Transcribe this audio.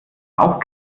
auch